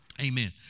Amen